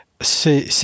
C'est